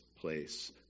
place